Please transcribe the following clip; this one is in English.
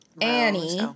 Annie